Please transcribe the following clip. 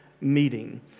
meeting